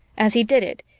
as he did it,